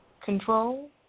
Control